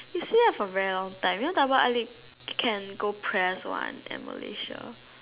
you see that for very long time you know double eyelid can go press one at Malaysia